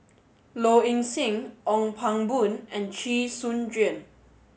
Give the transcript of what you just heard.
Low Ing Sing Ong Pang Boon and Chee Soon Juan